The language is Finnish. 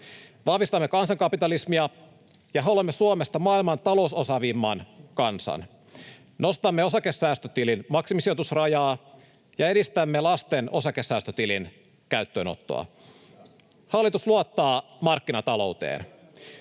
Vahvistamme kansankapitalismia ja haluamme Suomesta maailman talousosaavimman kansan. Nostamme osakesäästötilin maksimisijoitusrajaa ja edistämme lasten osakesäästötilin käyttöönottoa. Hallitus luottaa markkinatalouteen.